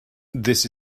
this